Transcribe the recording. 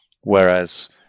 Whereas